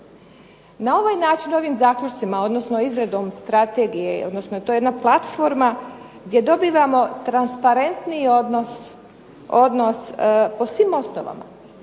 Na ovaj način ovim zaključcima, odnosno izradom strategije, odnosno to je jedna platforma gdje dobivamo transparentniji odnos po svim osnovama